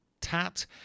tat